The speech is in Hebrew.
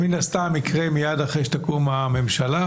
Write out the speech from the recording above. שמן הסתם יקרה מייד אחרי שתקום הממשלה.